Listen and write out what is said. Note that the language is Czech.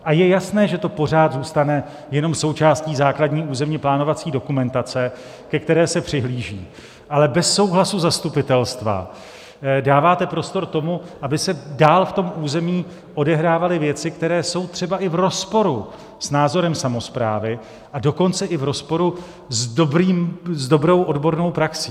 A je jasné, že to pořád zůstane jenom součástí základní územně plánovací dokumentace, ke které se přihlíží, ale bez souhlasu zastupitelstva dáváte prostor k tomu, aby se dál v tom území odehrávaly věci, které jsou třeba i v rozporu s názorem samosprávy, a dokonce i v rozporu s dobrou odbornou praxí.